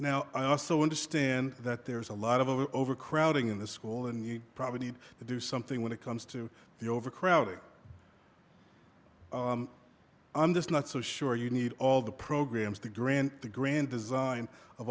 now i also understand that there's a lot of overcrowding in the school and you probably need to do something when it comes to the overcrowding i'm just not so sure you need all the programs to grant the grand design of